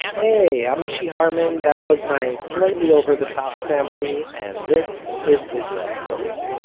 hey, i'm mishy harman, that was my, slightly over-the-top family, and this is israel story.